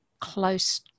close